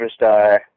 superstar